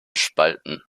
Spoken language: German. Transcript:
spalten